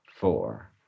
four